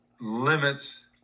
limits